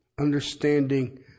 understanding